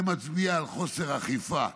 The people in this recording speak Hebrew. זה מצביע על חוסר אכיפה.